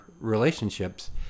relationships